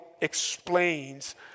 explains